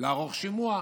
לערוך שימוע.